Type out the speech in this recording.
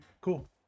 cool